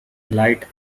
light